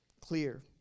clear